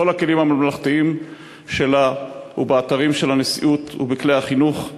בכל הכלים הממלכתיים שלה ובאתרים של הנשיאות ובכלי החינוך.